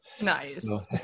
Nice